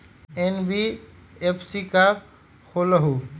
NBFC का होलहु?